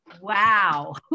Wow